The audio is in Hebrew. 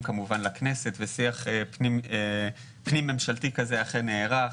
כמובן לכנסת ושיח פנים-ממשלתי כזה אכן נערך.